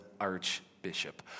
archbishop